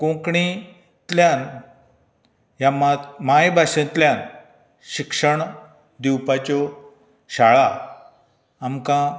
कोंकणीतल्यान ह्या मात मायभाशेंतल्यान शिक्षण दिवपाच्यो शाळां आमकां